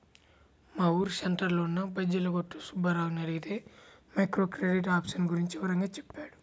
మా ఊరు సెంటర్లో ఉన్న బజ్జీల కొట్టు సుబ్బారావుని అడిగితే మైక్రో క్రెడిట్ ఆప్షన్ గురించి వివరంగా చెప్పాడు